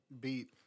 beat